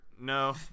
No